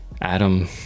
Adam